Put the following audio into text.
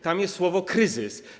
Tam jest słowo „kryzys”